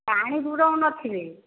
ପାଣି ବୁଡ଼ାଉନଥିବେ